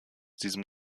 diesem